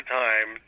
time